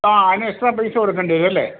ആ അതിന് extra fees കൊടുക്കേണ്ടി വരും അല്ലേ